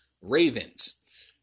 ravens